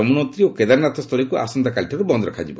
ଯମୁନୋତ୍ରୀ ଓ କେଦାରନାଥ ସ୍ଥଳୀକୁ ଆସନ୍ତାକାଲିଠାରୁ ବନ୍ଦ ରଖାଯିବ